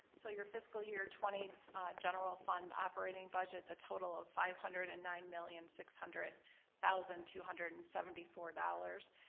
so your fiscal year twenty general fund operating budget the total of five hundred and nine million six hundred thousand two hundred and seventy four dollars.